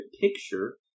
picture